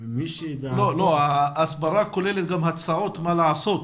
לא, ההסברה כוללת גם הצעות מה לעשות